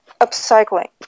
upcycling